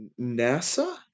NASA